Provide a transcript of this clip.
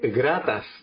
gratas